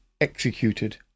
executed